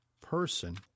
person